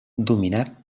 dominat